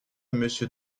monsieur